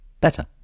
better